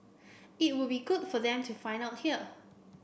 it would be good for them to find out here